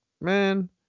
man